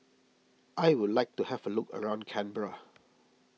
I would like to have a look around Canberra